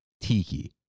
Tiki